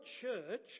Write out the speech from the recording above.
church